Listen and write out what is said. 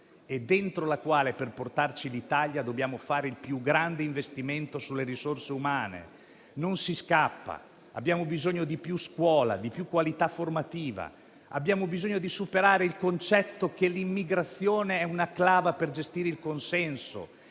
e dentro la quale, per portarci l'Italia, dobbiamo fare un investimento più grande possibile sulle risorse umane. Non si scappa. Abbiamo bisogno di più scuola, di più qualità formativa; abbiamo bisogno di superare il concetto che l'immigrazione è una clava per gestire il consenso.